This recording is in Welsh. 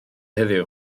heddiw